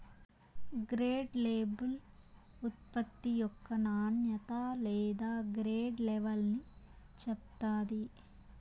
grade label ఉత్పత్తి యొక్క నాణ్యత లేదా గ్రేడ్ లెవల్ని చెప్తాది